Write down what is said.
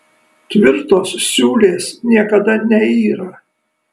tvirtos siūlės niekada neyra